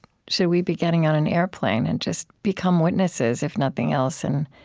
should we be getting on an airplane and just become witnesses, if nothing else? and